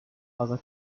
other